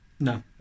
no